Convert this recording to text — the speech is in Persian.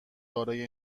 دارای